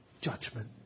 judgment